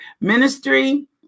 ministry